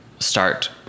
start